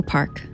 Park